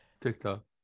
TikTok